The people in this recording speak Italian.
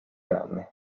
rame